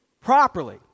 properly